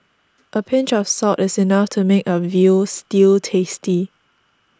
a pinch of salt is enough to make a Veal Stew tasty